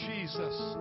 Jesus